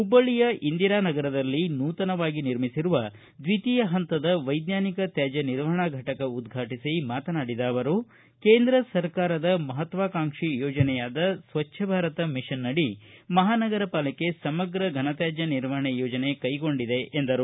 ಹುಬ್ಲಳ್ಳಿಯ ಇಂದಿರಾನಗರದಲ್ಲಿ ನೂತನವಾಗಿ ನಿರ್ಮಿಸಿರುವ ದ್ವಿತೀಯ ಪಂತದ ವೈಜ್ಞಾನಿಕ ತ್ಯಾಜ್ಯ ನಿರ್ವಹಣಾ ಫಟಕ ಉದ್ವಾಟಿಸಿ ಮಾತನಾಡಿದ ಅವರು ಕೇಂದ್ರ ಸರ್ಕಾರದ ಮಹತ್ವಾಕಾಂಕ್ಷಿ ಯೋಜನೆಯಾದ ಸ್ವಚ್ವ ಭಾರತ ಮಿಷನ ಅಡಿ ಮಹಾನಗರ ಪಾಲಿಕೆ ಸಮಗ್ರ ಘನತ್ಯಾಜ್ಯ ನಿರ್ವಹಣೆ ಯೋಜನೆ ಕೈಗೊಂಡಿದೆ ಎಂದರು